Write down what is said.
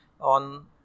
on